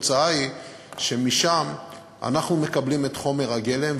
התוצאה היא שמשם אנחנו מקבלים את חומר הגלם,